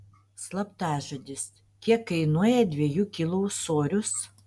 slaptažodis kiek kainuoja dviejų kilų ūsorius